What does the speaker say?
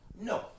No